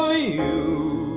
ah you.